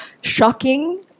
shocking